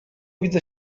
widzę